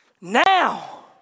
Now